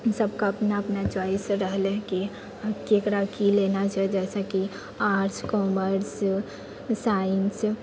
सबके अपना अपन च्वाइस रहलै कि हम केकरा की लेना छै जैसे कि आर्ट्स कॉमर्स साइन्स